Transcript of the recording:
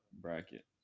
bracket